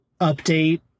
update